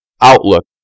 outlook